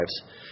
lives